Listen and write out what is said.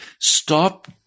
Stop